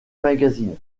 magazine